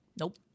Nope